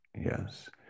yes